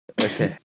Okay